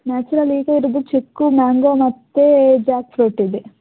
natural ಈಗ ಇರೋದು chikoo mango ಮತ್ತು ಜಾಕ್ಫ್ರುಟ್ ಇದೆ